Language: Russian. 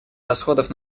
расходов